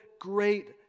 great